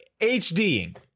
HDing